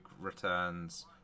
returns